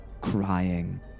crying